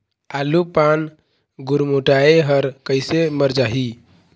आलू पान गुरमुटाए हर कइसे मर जाही?